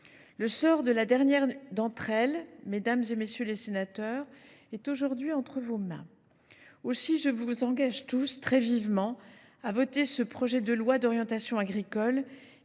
Le sort de la dernière d’entre elles, mesdames, messieurs les sénateurs, est aujourd’hui entre vos mains. Aussi, je vous engage tous très vivement à voter ce projet de loi d’orientation agricole,